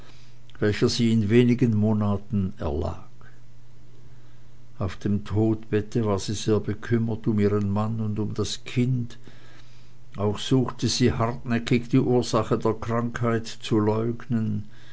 welcher sie in wenigen monaten erlag auf dem todbette war sie sehr bekümmert um ihren mann und um das kind auch suchte sie hartnäckig die ursache der krankheit zu leugnen